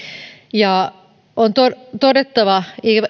on todettava